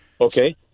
Okay